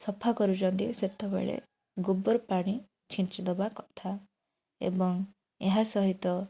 ସଫା କରୁଛନ୍ତି ସେତେବେଳେ ଗୋବର ପାଣି ଛିଞ୍ଚି ଦେବା କଥା ଏବଂ ଏହା ସହିତ